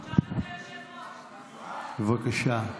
בבקשה.